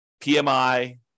PMI